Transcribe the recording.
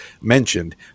mentioned